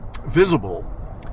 Visible